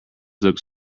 looked